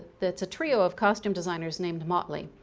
that's a trio of costume designers named motley.